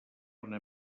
una